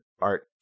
art